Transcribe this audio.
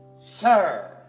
sir